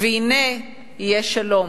והנה יהיה שלום,